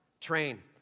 Train